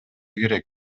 керек